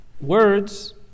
Words